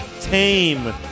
tame